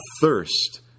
thirst